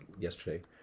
yesterday